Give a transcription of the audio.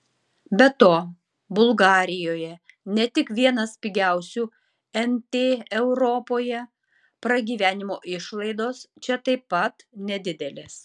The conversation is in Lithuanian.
be to bulgarijoje ne tik vienas pigiausių nt europoje pragyvenimo išlaidos čia taip pat nedidelės